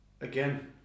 again